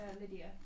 Lydia